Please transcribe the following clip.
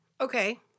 okay